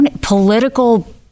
political